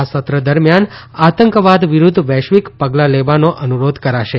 આ સત્ર દરમ્યાન આતંકવાદ વિરૂદ્ધ વૈશ્વિક પગલા લેવાનો અનુરોધ કરાશે